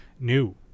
New